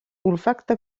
olfacte